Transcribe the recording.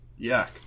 yuck